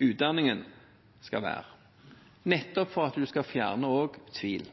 være, nettopp for at en skal fjerne tvil.